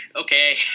okay